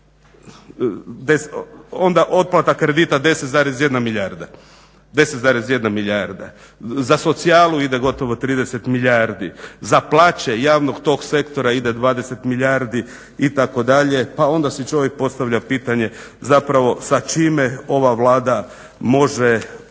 onda otplata kredita 10,1 milijarda, za socijalu ide gotovo 30 milijardi, za plaće javnog tog sektora ide 20 milijardi itd. pa onda si čovjek postavlja pitanje zapravo sa čime ova Vlada može